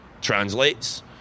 translates